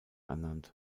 ernannt